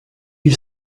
you